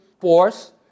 force